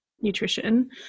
nutrition